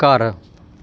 ਘਰ